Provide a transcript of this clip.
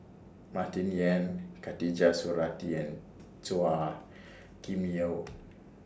Martin Yan Khatijah Surattee and Chua Kim Yeow